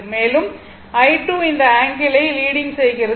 மேலும் i2 இந்த ஆங்கிளை லீடிங் செய்கிறது